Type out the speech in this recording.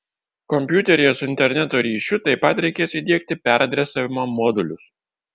kompiuteryje su interneto ryšiu taip pat reikės įdiegti peradresavimo modulius